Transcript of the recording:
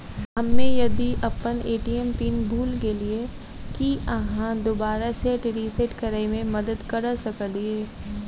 हम्मे यदि अप्पन ए.टी.एम पिन भूल गेलियै, की अहाँ दोबारा सेट रिसेट करैमे मदद करऽ सकलिये?